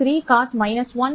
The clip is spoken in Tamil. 33 cos 1